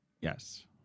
Yes